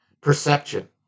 perception